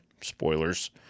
Spoilers